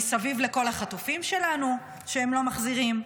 ומסביב כל החטופים שלנו שהם לא מחזירים.